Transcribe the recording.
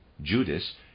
Judas